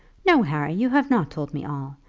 no, harry you have not told me all.